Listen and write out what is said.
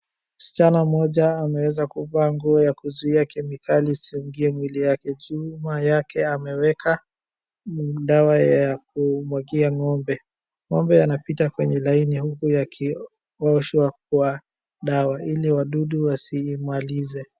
Msichana mmoja ameweza kuvaa nguo ya kuzuia kemikali isiingie mwili yake. Juu nyuma yake ameweka dawa ya kumwagia ng'ombe.Ng'ombe yanapita kwenye laini huku yakioshwa kwa dawa ili wadudu wasiimalize.